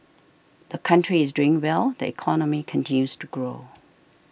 the country is doing well the economy continues to grow